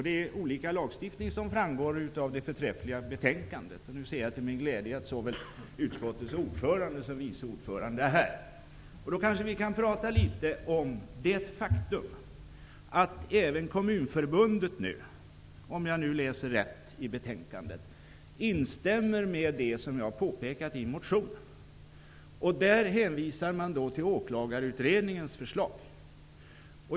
Det är litet olika lagstiftning som gäller, vilket framgår av det förträffliga betänkandet. Jag ser nu till min glädje att såväl utskottets ordförande som vice ordförande är här. Då kan vi kanske tala om det faktum att även Kommunförbundet -- om jag nu har uppfattat betänkandet rätt -- instämmer i det som jag har påpekat i min motion. Man hänvisar till Åklagarutredningens förslag.